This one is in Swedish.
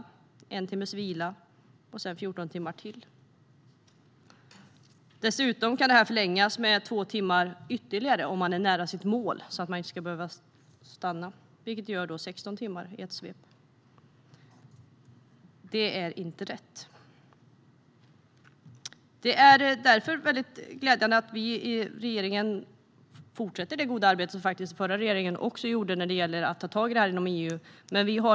Sedan följer en timmes vila och därefter ytterligare 14 timmars transport. Dessutom kan detta förlängas med två timmar om man är nära sitt mål, för att man inte ska behöva stanna. Sammanlagt blir det alltså 16 timmar i ett svep. Det här är inte rätt. Därför är det glädjande att vi i regeringen fortsätter det goda arbete som den förra regeringen faktiskt också gjorde inom EU.